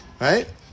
Right